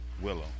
willow